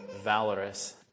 valorous